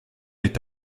est